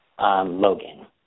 Logan